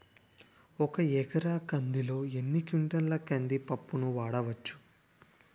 ఒక ఎకర కందిలో ఎన్ని క్వింటాల కంది పప్పును వాడచ్చు?